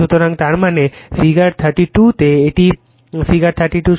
সুতরাং তার মানে ফিগার 32 তে এটি ফিগার 32